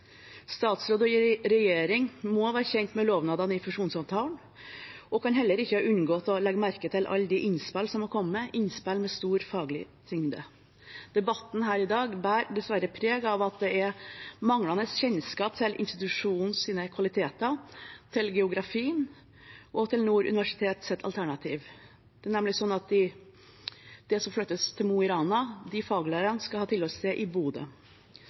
Statsråd og regjering må være kjent med lovnadene i fusjonsavtalen og kan heller ikke ha unngått å legge merke til alle de innspill som har kommet, innspill med stor faglig tyngde. Debatten her i dag bærer dessverre preg av at det er manglende kjennskap til institusjonens kvaliteter, til geografi og til Nord universitets alternativ. Det er nemlig sånn at når det gjelder det som flyttes til Mo i Rana, skal faglærerne ha tilholdssted i Bodø.